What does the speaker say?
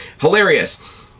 hilarious